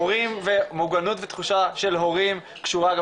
האכיפה ומוגנות ותחושה של הורים קשורה גם